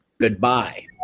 goodbye